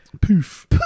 Poof